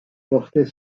portait